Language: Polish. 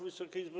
Wysoka Izbo!